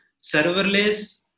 serverless